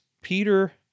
Peter